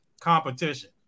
competition